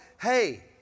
hey